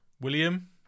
William